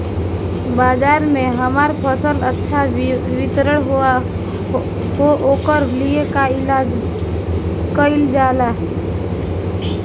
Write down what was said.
बाजार में हमार फसल अच्छा वितरण हो ओकर लिए का कइलजाला?